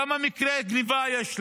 כמה מקרי גניבה יש לנו?